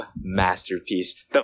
masterpiece